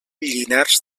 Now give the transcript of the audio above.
llinars